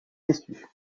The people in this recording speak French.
déçu